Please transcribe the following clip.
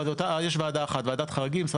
לא, יש ועדה אחת, ועדת חריגים.